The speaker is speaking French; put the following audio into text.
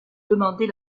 demander